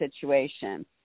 situation